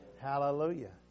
Hallelujah